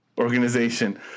organization